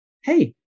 hey